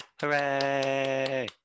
Hooray